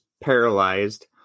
paralyzed